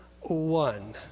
one